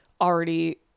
already